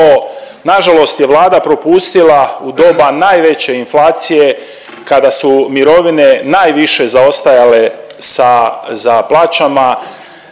nažalost je Vlada propustila u doba najveće inflacije kada mirovine najviše zaostajale sa za plaćama,